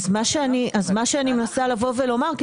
אז מה שאני מנסה לבוא ולומר,